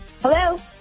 Hello